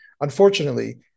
unfortunately